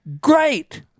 Great